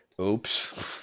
Oops